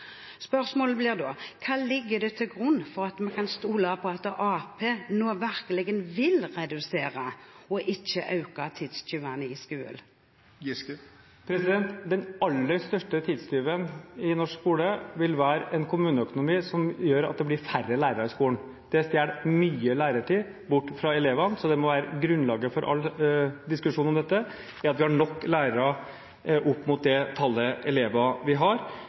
Spørsmålet blir da: Hva ligger til grunn for at man kan stole på at Arbeiderpartiet nå virkelig vil redusere og ikke øke tidstyvene i skolen? Den aller største tidstyven i norsk skole vil være en kommuneøkonomi som gjør at det blir færre lærere i skolen. Det stjeler mye lærertid fra elevene, så grunnlaget for all diskusjon om dette må være at vi har nok lærere i forhold til det antallet elever vi har.